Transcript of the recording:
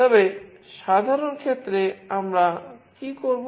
তবে সাধারণ ক্ষেত্রে আমরা কী করব